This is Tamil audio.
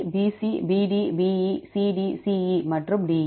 AE BC BD BE CD CE மற்றும் DE